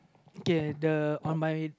okay the on my